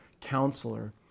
counselor